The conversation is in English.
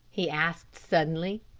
he asked suddenly.